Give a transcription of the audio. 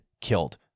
killed